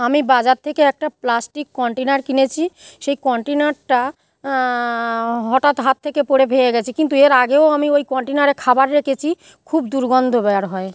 আমি বাজার থেকে একটা প্লাস্টিক কন্টেনার কিনেছি সেই কন্টেনারটা হঠাৎ হাত থেকে পড়ে ভেঙে গেছে কিন্তু এর আগেও আমি ওই কন্টেনারে খাবার রেখেছি খুব দুর্গন্ধ বের হয়